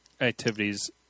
activities